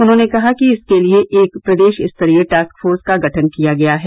उन्होंने कहा कि इसके लिए एक प्रदेश स्तरीय टास्क फोर्स का गठन किया गया है